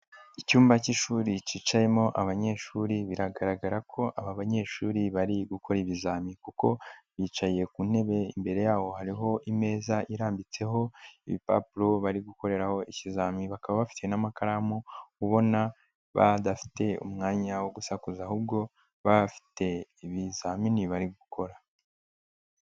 Icyumba cy'ishuri cyicayemo abanyeshuri biragaragara ko aba banyeshuri bari gukora ibizamini kuko bicaye ku ntebe, imbere yabo hariho imeza irambitseho ibipapuro bari gukoreraho ikizamini, bakaba bafite n'amakaramu ubona badafite umwanya wo gusakuza ahubwo bafite ibizamini bari gukora.